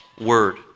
word